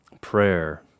prayer